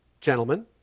Gentlemen